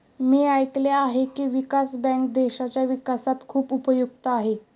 मी ऐकले आहे की, विकास बँक देशाच्या विकासात खूप उपयुक्त आहे